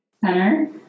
center